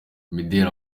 imideli